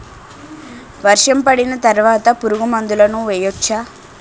వర్షం పడిన తర్వాత పురుగు మందులను వేయచ్చా?